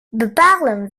bepalen